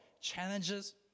challenges